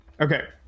okay